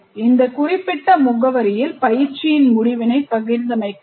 இந்த குறிப்பிட்ட முகவரியில் பயிற்சியின் முடிவைப் பகிர்ந்தமைக்கு நன்றி